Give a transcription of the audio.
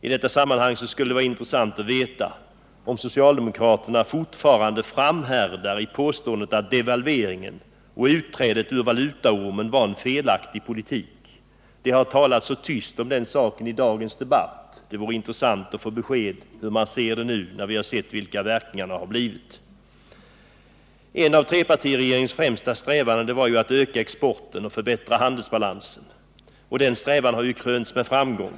I detta sammanhang skulle det vara intressant att veta om socialdemokraterna fortfarande framhärdar i påståendet att devalveringen och utträdet ur valutaormen var en felaktig politik. Det har talats så tyst om den saken i dagens debatt. Det vore intressant att få besked om hur man ser det nu, när vi har sett vilka verkningarna har blivit. Ett av trepartiregeringens främsta strävanden var ju att öka exporten och förbättra handelsbalansen, och denna strävan har krönts med framgång.